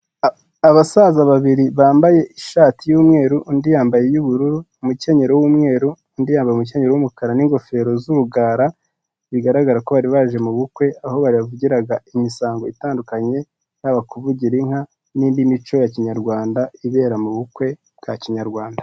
Abasaza babiri bambaye ishati y'umweru undi yambaye iy'ubururu, umukenyero w'umweru undi yambaye umukenyero w'umukara n'ingofero z'urugara bigaragara ko bari baje mu bukwe, aho bahavugiraga imisango itandukanye nko kuvugira inka n'indi mico ya kinyarwanda ibera mu bukwe bwa kinyarwanda.